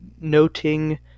noting